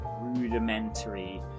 rudimentary